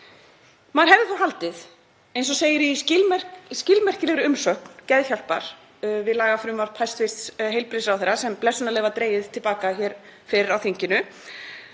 Maður hefði þó haldið, eins og segir í skilmerkilegri umsögn Geðhjálpar við lagafrumvarp hæstv. heilbrigðisráðherra sem blessunarlega var dregið til baka hér fyrr á þinginu,